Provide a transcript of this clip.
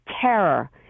terror